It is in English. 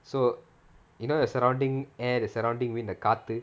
so you know the surrounding air the surrounding wind the காத்து:kaathu